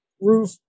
roof